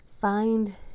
find